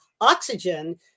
oxygen